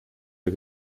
der